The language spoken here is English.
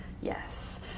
yes